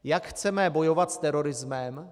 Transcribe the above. Jak chceme bojovat s terorismem?